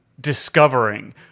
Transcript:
discovering